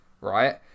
right